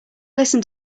listen